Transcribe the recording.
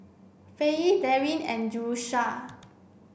Faye Darin and Jerusha